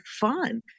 fun